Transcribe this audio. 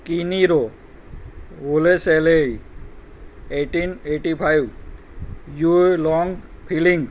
કિનીરો ઓલેસેલે eighteen eighteen five you long feeling